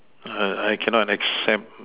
uh I cannot accept